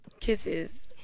kisses